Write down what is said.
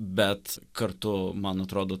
bet kartu man atrodo